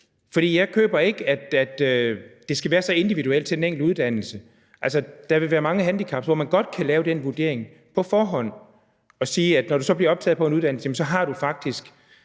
for jeg køber ikke, at det skal være så individuelt i forhold til den enkelte uddannelse. Altså, der vil være mange handicaps, hvor man godt kan lave den vurdering på forhånd og sige, at når du så bliver optaget på en uddannelse, har du faktisk